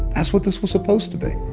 that's what this was supposed to be.